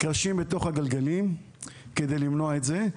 קרשים בתוך הגלגלים כדי למנוע את זה.